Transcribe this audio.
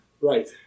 Right